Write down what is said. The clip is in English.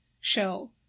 show